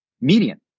median